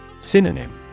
Synonym